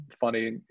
funny